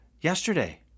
yesterday